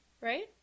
right